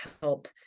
help